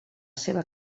seva